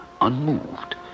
unmoved